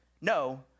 No